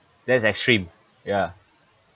that's extreme ya